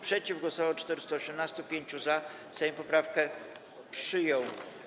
Przeciw głosowało 418, 5 - za. Sejm poprawkę przyjął.